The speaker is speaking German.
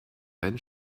einen